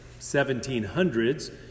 1700s